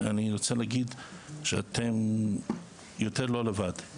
אני רוצה להגיד שאתם יותר לא לבד.